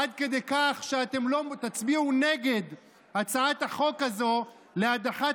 עד כדי כך שאתם תצביעו נגד הצעת החוק הזו להדחת